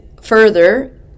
further